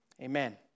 Amen